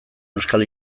euskal